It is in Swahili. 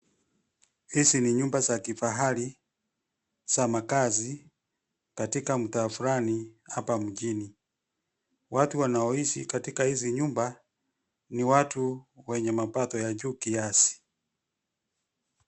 Hizi ni nyumba za kifahari za makazi, katika mtaa fulani hapa mjini. Watu wanaoishi katika hizi nyumba, ni watu wenye mapato ya juu kiasi.